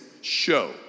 Show